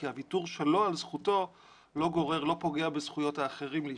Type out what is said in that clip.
כי הוויתור שלו על זכותו לא פוגע בזכויות האחרים.